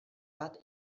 bat